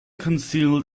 concealed